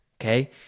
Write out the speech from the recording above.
okay